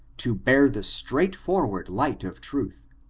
to bear the straight forward light of truth,